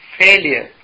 failure